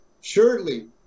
Surely